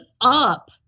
up